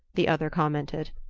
the other commented.